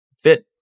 fit